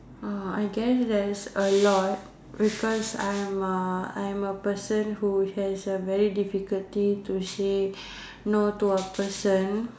oh I guess there's a lot because I am a I am a person who has a very difficulty to say no to a person